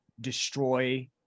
destroy